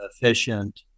efficient